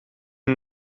ihn